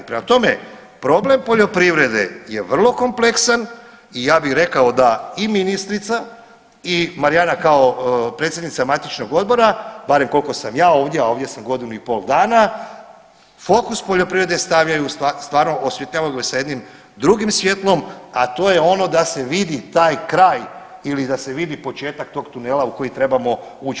Prema tome, problem poljoprivrede je vrlo kompleksan i ja bi rekao da i ministrica i Marijana kao predsjednica matičnog odbora barem koliko sam ja ovdje, a ovdje sam godinu i pol dana, fokus poljoprivrede stavljaju u stvarno osvjetljavamo sa jednim drugim svjetlom, a to je ono da se vidi taj kraj ili da se vidi početak tog tunela u koji trebamo ući.